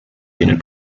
unit